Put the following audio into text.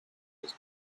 his